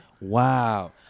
Wow